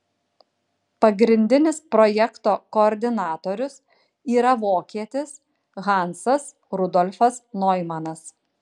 pagrindinis projekto koordinatorius yra vokietis hansas rudolfas noimanas